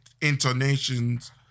intonations